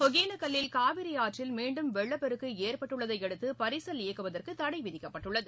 ஜகேனக்கல்லில் காவிரி ஆற்றில் மீண்டும் வெள்ளப்பெருக்கு ஏற்பட்டுள்ளதையடுத்து பரிசல் இயக்குவதற்கு தடை விதிக்கப்பட்டுள்ளது